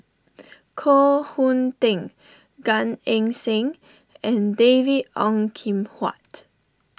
Koh Hoon Teck Gan Eng Seng and David Ong Kim Huat